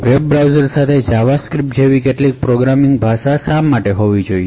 web browsers સાથે JavaScript જેવી કેટલીક પ્રોગ્રામિંગ ભાષા શા માટે હોવી જોઈએ